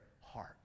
heart